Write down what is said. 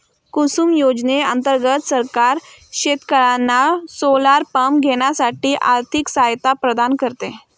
कुसुम योजने अंतर्गत सरकार शेतकर्यांना सोलर पंप घेण्यासाठी आर्थिक सहायता प्रदान करते